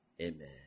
Amen